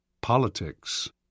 politics